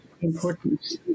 importance